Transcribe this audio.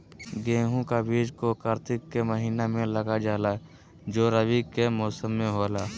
गेहूं का बीज को कार्तिक के महीना में लगा जाला जो रवि के मौसम में होला